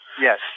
Yes